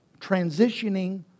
transitioning